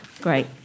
Great